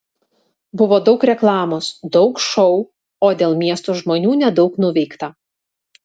buvo daug reklamos daug šou o dėl miesto žmonių nedaug nuveikta